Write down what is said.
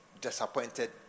disappointed